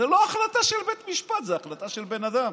זאת לא החלטה של בית משפט, זאת החלטה של בן אדם